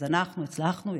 אז אנחנו הצלחנו,